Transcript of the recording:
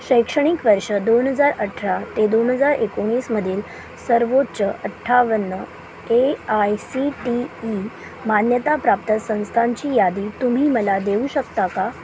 शैक्षणिक वर्ष दोन हजार अठरा ते दोन हजार एकोणीसमधील सर्वोच्च अठ्ठावन्न A I C T E मान्यताप्राप्त संस्थांची यादी तुम्ही मला देऊ शकता का